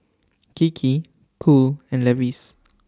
Kiki Cool and Levi's